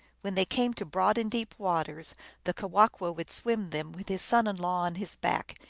when they came to broad and deep waters the kewahqu would swim them with his son-in-law on his back.